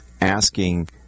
asking